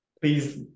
please